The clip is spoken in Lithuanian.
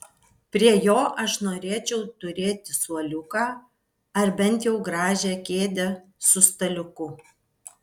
prie jo aš norėčiau turėti suoliuką ar bent jau gražią kėdę su staliuku